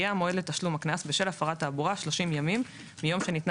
יהיה המועד לתשלום הקנס בשל הפרת התעבורה 30 ימים מיום שניתנה